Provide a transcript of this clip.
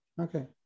Okay